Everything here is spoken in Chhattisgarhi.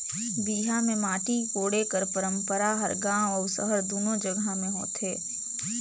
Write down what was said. बिहा मे माटी कोड़े कर पंरपरा हर गाँव अउ सहर दूनो जगहा मे होथे